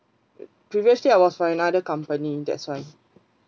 previously I was for another company that's why